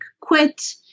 quit